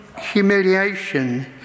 humiliation